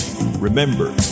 Remember